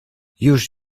już